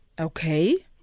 Okay